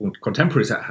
contemporaries